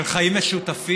של חיים משותפים,